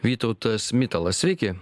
vytautas mitalas sveiki